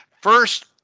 first